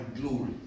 glory